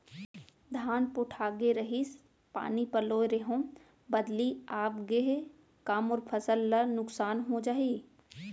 धान पोठागे रहीस, पानी पलोय रहेंव, बदली आप गे हे, का मोर फसल ल नुकसान हो जाही?